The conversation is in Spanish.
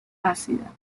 ácida